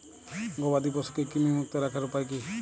গবাদি পশুকে কৃমিমুক্ত রাখার উপায় কী?